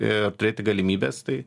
ir turėti galimybes tai